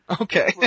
Okay